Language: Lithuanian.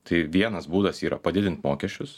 tai vienas būdas yra padidint mokesčius